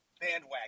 bandwagon